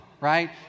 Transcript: right